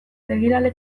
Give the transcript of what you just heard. begirale